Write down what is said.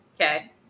Okay